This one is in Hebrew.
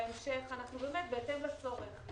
בהמשך, בהתאם לצורך,